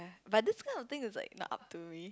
but this kind of thing is like not up to me